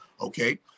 Okay